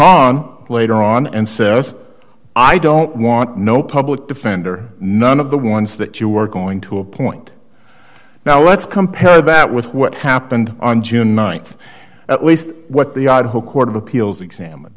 on later on and says i don't want no public defender none of the ones that you are going to appoint now let's compare that with what happened on june th at least what the yahoo court of appeals examined